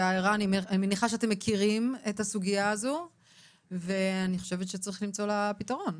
אני מניחה שאתם מכירים את הסוגיה הזאת ואני חושבת שצריך למצוא לה פתרון.